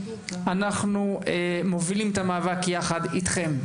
אנחנו מובילים את המאבק יחד אתכם.